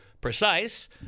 precise